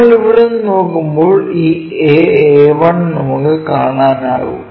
നമ്മൾ ഇവിടെ നിന്ന് നോക്കുമ്പോൾ ഈ A A 1 നമുക്ക് കാണാനാകും